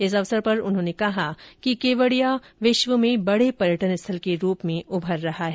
इस अवसर पर उन्होंने कहा कि केवडिया विश्व में पर्यटन स्थल के रूप में उभर रहा है